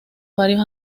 varios